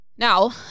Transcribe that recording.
Now